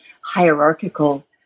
hierarchical